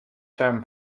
term